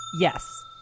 Yes